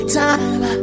time